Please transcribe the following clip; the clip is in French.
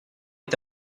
est